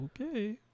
Okay